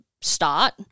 start